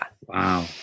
Wow